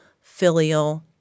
filial